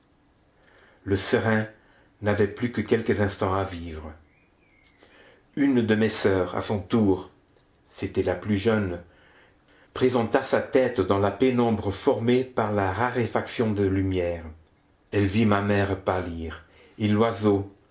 le serin n'avait plus que quelques instants à vivre une de mes soeurs à son tour c'était la plus jeune présenta sa tête dans la pénombre formée par la raréfaction de lumière elle vit ma mère pâlir et l'oiseau